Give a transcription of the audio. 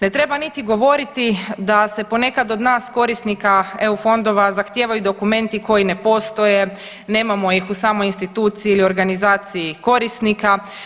Ne treba niti govoriti da se ponekad od nas korisnika EU fondova zahtijevaju dokumenti koji ne postoje, nemamo ih u samoj instituciji ili organizaciji korisnika.